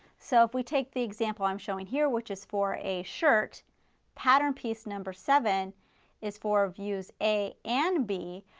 so if we take the example i am showing here which is for a shirt pattern piece number seven is for views a and b,